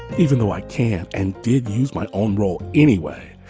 even though i can and did use my own role anyway.